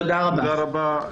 תודה רבה,